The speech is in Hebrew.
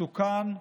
מסוכן,